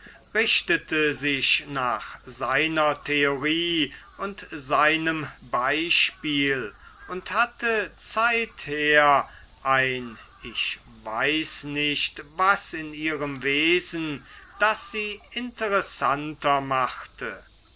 richtete sich nach seiner theorie und seinem beispiel und hatte zeither ein ich weiß nicht was in ihrem wesen das sie interessanter machte